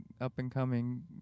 up-and-coming